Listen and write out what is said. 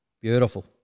Beautiful